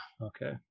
Okay